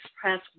press